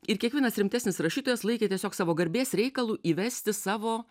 ir kiekvienas rimtesnis rašytojas laikė tiesiog savo garbės reikalu įvesti savo